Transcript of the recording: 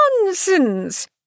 nonsense